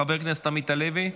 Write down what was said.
חבר הכנסת עמית הלוי,